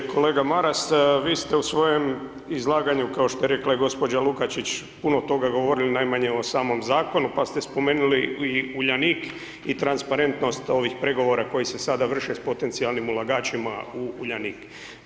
Kolega Maras, vi ste u svojem izlaganju, kao što je rekla i gđa. Lukačić, puno toga govorili najmanje o samom Zakonu, pa ste spomenuli i Uljanik i transparentnost ovih pregovora koji se sada vrše s potencijalnim ulagačima u Uljanik.